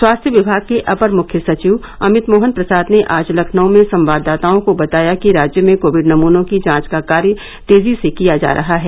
स्वास्थ्य विभाग के अपर मुख्य सचिव अमित मोहन प्रसाद ने आज लखनऊ में संवाददाताओं को बताया कि राज्य में कोविड नमूनों की जांच का कार्य तेजी से किया जा रहा है